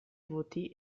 voti